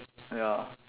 ya